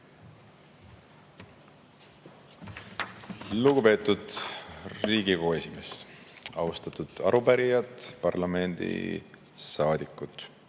Lugupeetud Riigikogu esimees! Austatud arupärijad, parlamendisaadikud!